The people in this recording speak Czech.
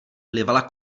plivala